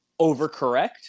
overcorrect